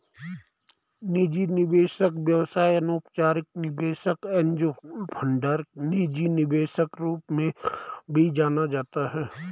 निजी निवेशक व्यवसाय अनौपचारिक निवेशक एंजेल फंडर निजी निवेशक रूप में भी जाना जाता है